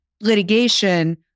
litigation